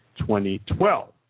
2012